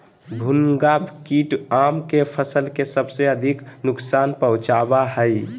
भुनगा कीट आम के फसल के सबसे अधिक नुकसान पहुंचावा हइ